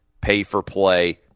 pay-for-play